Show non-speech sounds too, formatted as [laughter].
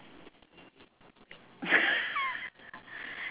[laughs]